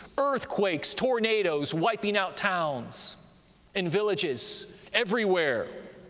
earthquakes, tornadoes wiping out towns and villages everywhere.